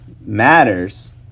matters